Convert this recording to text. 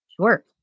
Sure